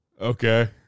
Okay